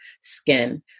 skin